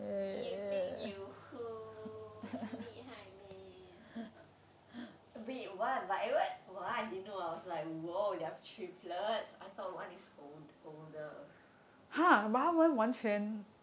you think you who 厉害 meh wait what what I didn't know I was like !whoa! they are triplets I thought one is old~ older